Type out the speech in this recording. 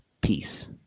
peace